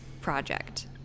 project